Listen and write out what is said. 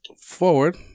forward